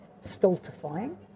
stultifying